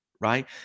right